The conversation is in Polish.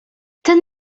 ten